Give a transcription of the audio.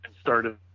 started